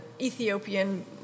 Ethiopian